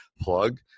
plug